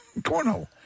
Cornhole